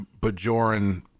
Bajoran